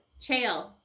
Chael